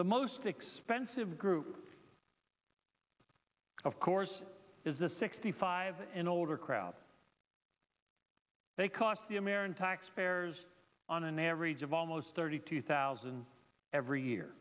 the most expensive group of course is the sixty five and older crowd they cost the american taxpayers on an average of almost thirty two thousand every year